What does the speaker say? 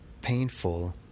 painful